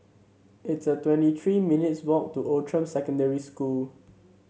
it's about twenty three minutes' walk to Outram Secondary School